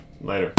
Later